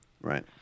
Right